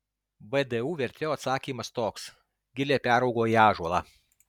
vdu vertėjo atsakymas toks gilė peraugo į ąžuolą